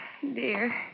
dear